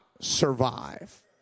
survive